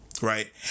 right